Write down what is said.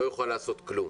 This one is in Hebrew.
לא יכול לעשות כלום.